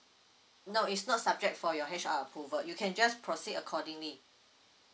no is not subject for your H_R approval you can just proceed accordingly